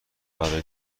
برای